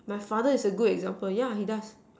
my father is a good example yeah he does